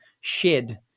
shed